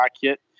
kit